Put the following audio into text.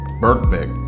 Birkbeck